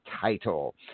title